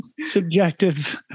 subjective